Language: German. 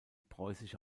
preußische